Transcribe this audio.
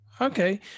Okay